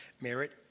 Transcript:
merit